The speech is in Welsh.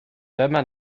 dyma